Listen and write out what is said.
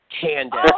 Candace